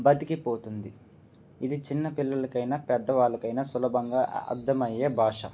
బ్రతికిపోతుంది ఇది చిన్న పిల్లలకైనా పెద్దవాళ్ళకైనా సులభంగా అర్థమయ్యే భాష